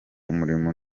umurimo